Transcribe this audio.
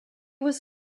was